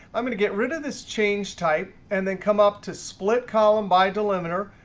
i'm going to get rid of this change type. and then come up to split column by delimiter,